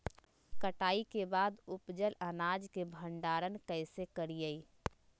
कटाई के बाद उपजल अनाज के भंडारण कइसे करियई?